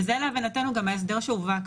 וזה להבנתנו גם ההסדר שהובא כאן.